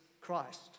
Christ